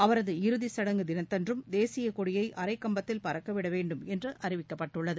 அவரது இறுதி சடங்கு தினத்தன்றும் தேசிய கொடியை அரைக் கம்பத்தில் பறக்கவிட வேண்டும் என்று அறிவிக்கப்பட்டுள்ளது